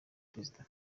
president